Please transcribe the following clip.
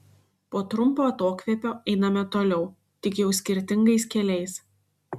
po trumpo atokvėpio einame toliau tik jau skirtingais keliais